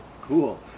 Cool